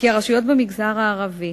שהרשויות במגזר הערבי